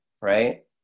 Right